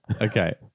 Okay